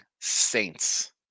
Saints